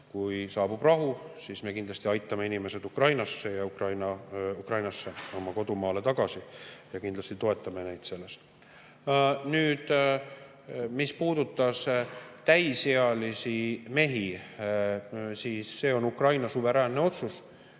kui saabub rahu, siis me aitame inimesed Ukrainasse oma kodumaale tagasi. Ja kindlasti toetame neid selles. Nüüd, mis puudutab täisealisi mehi, siis see on Ukraina suveräänne otsus.